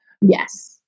Yes